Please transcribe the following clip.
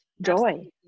joy